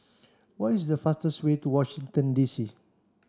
what is the fastest way to Washington D C